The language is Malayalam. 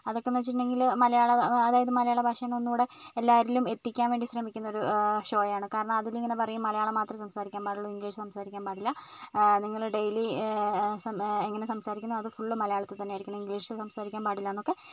അതൊക്കെ എന്ന് വെച്ചിട്ടുണ്ടെങ്കിൽ മലയാളം അതായത് മലയാളഭാഷേനെ ഒന്ന് കൂടെ എല്ലാവരിലും എത്തിക്കാൻ വേണ്ടി ശ്രമിക്കുന്നൊരു ഷോ ആണ് കാരണം അതിൽ ഇങ്ങനെ പറയും മലയാളം മാത്രമേ സംസാരിക്കാൻ പാടുള്ളൂ ഇംഗ്ലീഷ് സംസാരിക്കാൻ പാടില്ല ആ നിങ്ങൾ ഡെയ്ലി സം ഇങ്ങനെ സംസാരിക്കുന്നത് അത് ഫുൾ മലയാളത്തിൽ തന്നെ ആയിരിക്കണം ഇംഗ്ലീഷിൽ സംസാരിക്കാൻ പാടില്ല എന്നൊക്കെ